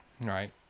Right